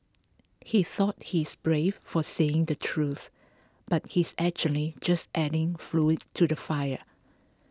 he thought he's brave for saying the truth but he's actually just adding fuel to the fire